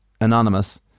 Anonymous